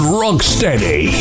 rocksteady